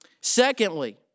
Secondly